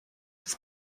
his